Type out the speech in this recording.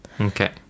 Okay